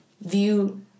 view